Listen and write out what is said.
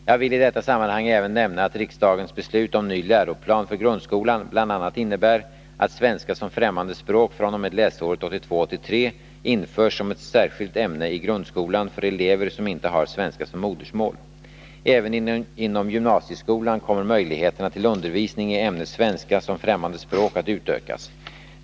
Jag vill i detta sammanhang även nämna att riksdagens beslut om ny läroplan för grundskolan bl.a. innebär att svenska som främmande språk fr.o.m. läsåret 1982/83 införs som ett särskilt ämne i grundskolan för elever som inte har svenska som modersmål. Även inom gymnasieskolan kommer möjligheterna till undervisning i ämnet svenska som främmande språk att utökas.